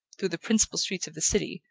through the principal streets of the city,